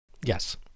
yes